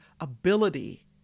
ability